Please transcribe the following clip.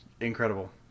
Incredible